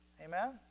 Amen